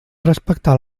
respectar